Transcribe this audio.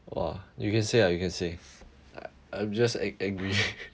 !wah! you can say ah you can say I I'm just ang~ angry